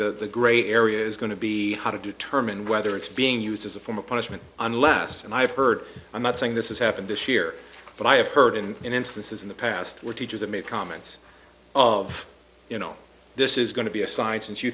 that the gray area is going to be how to determine whether it's being used as a form of punishment unless and i have heard i'm not saying this is happened this year but i have heard in instances in the past where teachers have made comments of you know this is going to be a science and